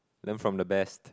learn from the best